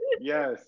Yes